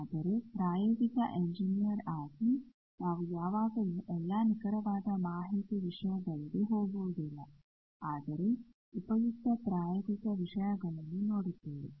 ಆದರೆ ಪ್ರಾಯೋಗಿಕ ಎಂಜಿನಿಯರ್ ಆಗಿ ನಾವು ಯಾವಾಗಲೂ ಎಲ್ಲಾ ನಿಖರವಾದ ಮಾಹಿತಿ ವಿಷಯಗಳಿಗೆ ಹೋಗುವುದಿಲ್ಲ ಆದರೆ ಉಪಯುಕ್ತ ಪ್ರಾಯೋಗಿಕ ವಿಷಯಗಳನ್ನು ನೋಡುತ್ತೇವೆ